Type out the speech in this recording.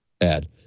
add